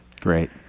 Great